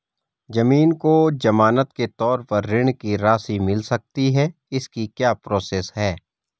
ज़मीन को ज़मानत के तौर पर ऋण की राशि मिल सकती है इसकी क्या प्रोसेस है?